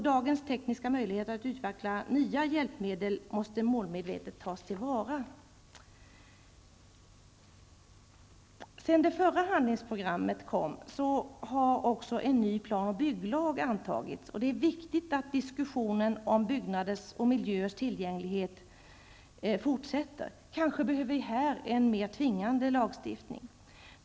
Dagens tekniska möjligheter att utveckla nya hjälpmedel måste målmedvetet tas till vara. Sedan det förra handlingsprogrammet kom har en ny plan och bygglag antagits. Det är viktigt att diskussioner om byggnaders och miljöers tillgänglighet fortsätter. Kanske behöver vi här en mer tvingande lagstiftning.